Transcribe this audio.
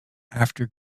after